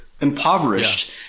impoverished